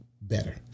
better